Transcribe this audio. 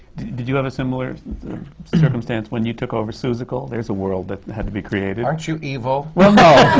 did you have a similar circumstance when you took over seussical. there's a world that had to be created? aren't you evil? well, no!